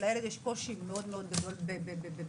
שלילד יש קושי מאוד גדול בגרפיה,